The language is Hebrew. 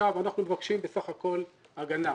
אנחנו מבקשים בסך הכול הגנה.